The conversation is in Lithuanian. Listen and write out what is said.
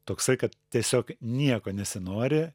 toksai kad tiesiog nieko nesinori